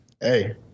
Hey